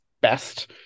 best